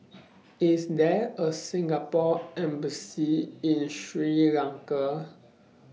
IS There A Singapore Embassy in Sri Lanka